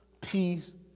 peace